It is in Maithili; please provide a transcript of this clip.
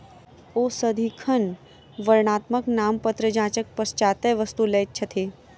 ओ सदिखन वर्णात्मक नामपत्र जांचक पश्चातै वस्तु लैत छथि